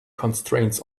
constraints